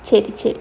சரி சரி:seri seri